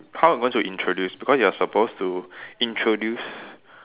how you going to introduce because you're supposed to introduce